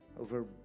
Over